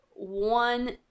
One